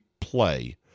play